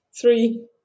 Three